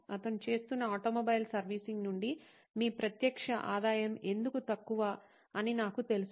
అతను చేస్తున్న automobile servicing నుండి మీ ప్రత్యక్ష ఆదాయం ఎందుకు తక్కువ అని నాకు తెలుసు